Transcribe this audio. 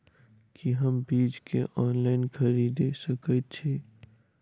की हम बीज केँ ऑनलाइन खरीदै सकैत छी?